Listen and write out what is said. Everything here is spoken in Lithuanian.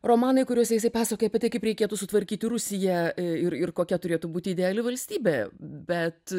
romanai kuriuose jisai pasakoja apie tai kaip reikėtų sutvarkyti rusiją ir ir kokia turėtų būti ideali valstybė bet